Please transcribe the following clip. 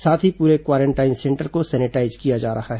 साथ ही पूरे क्वारेंटाइन सेंटर को सैनिटाईज किया जा रहा है